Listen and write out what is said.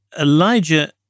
Elijah